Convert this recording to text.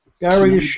Gary